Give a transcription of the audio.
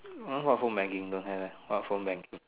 what phone banking don't have eh what phone banking